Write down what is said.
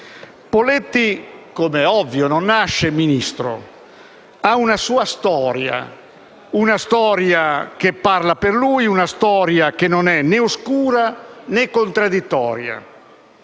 Poletti, come ovvio, non nasce Ministro; ha una sua storia che parla per lui e che non è né oscura né contraddittoria.